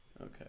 Okay